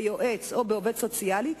ביועץ או בעובד סוציאלי,